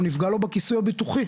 נפגע לו בכיסוי הביטוחי.